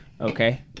Okay